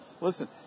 listen